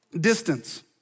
distance